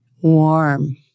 warm